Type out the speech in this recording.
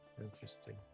Interesting